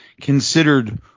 considered